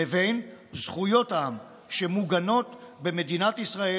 לבין זכויות העם שמוגנות במדינת ישראל